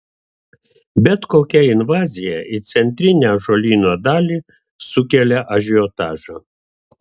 bet kokia invazija į centrinę ąžuolyno dalį sukelia ažiotažą